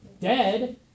Dead